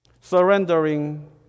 Surrendering